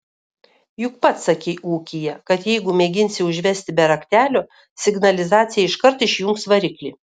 juk pats sakei ūkyje kad jeigu mėginsi užvesti be raktelio signalizacija iškart išjungs variklį